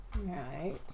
right